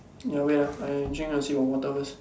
ya wait ah I drink a sip of water first